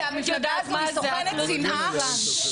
כי המפלגה הזאת היא טוחנת שנאה.